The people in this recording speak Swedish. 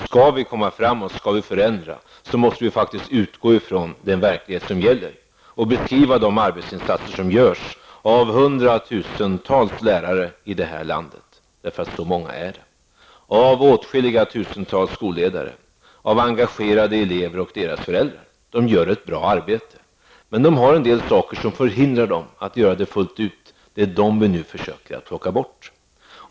Skall vi komma framåt och kunna förändra, måste vi faktiskt utgå från den verklighet som gäller och beskriva de arbetsinsatser som görs av hundratusentals lärare i detta land. Så många är det. Åtskilliga tusentals skolledare samt engagerade elever och deras föräldrar gör ett bra arbete. Men det finns en del saker som förhindrar dem att göra det fullt ut, och det är dessa saker som vi nu försöker plocka bort.